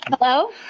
Hello